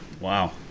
wow